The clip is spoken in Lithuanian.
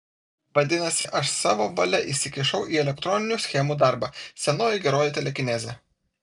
vadinasi aš savo valia įsikišau į elektroninių schemų darbą senoji geroji telekinezė